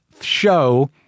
show